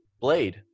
Blade